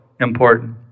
important